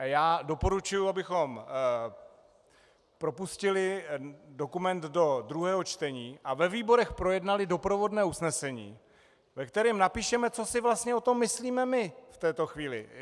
Já doporučuji, abychom propustili dokument do druhého čtení a ve výborech projednali doprovodné usnesení, ve kterém napíšeme, co si vlastně o tom myslíme my v této chvíli.